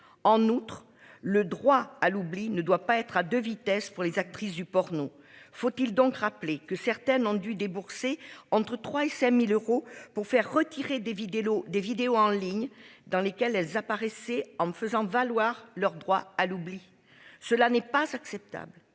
en outre le droit à l'oubli ne doit pas être à 2 vitesses, pour les actrices du porno. Faut-il donc rappeler que certaines ont dû débourser entre 3 et 5000 euros pour faire retirer des vider l'eau des vidéos en ligne dans lesquelles elles apparaissait en faisant valoir leur droit à l'oubli. Cela n'est pas acceptable.